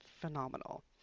phenomenal